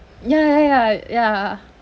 ya ya ya ya